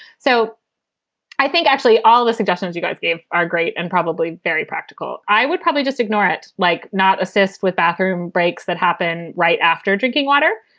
so i think actually all of the suggestions, you guys are great and probably very practical. i would probably just ignore it, like not assist with bathroom breaks that happen right after drinking water.